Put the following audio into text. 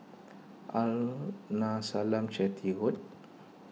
Arnasalam Chetty Road